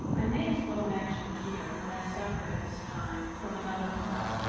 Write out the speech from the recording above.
i may as well mention here what i suffered at this time from another cause.